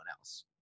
else